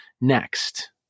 next